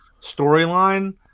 storyline